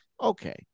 Okay